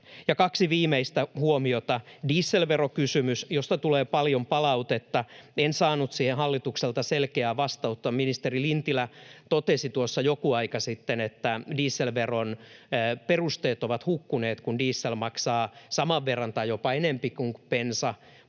kaksi viimeistä huomiota: Dieselverokysymyksestä tulee paljon palautetta. En saanut siihen hallitukselta selkeää vastausta. Ministeri Lintilä totesi tuossa joku aika sitten, että dieselveron perusteet ovat hukkuneet, kun diesel maksaa saman verran tai jopa enempi kuin bensa,